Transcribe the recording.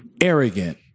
arrogant